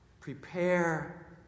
Prepare